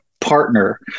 partner